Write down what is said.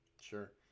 Sure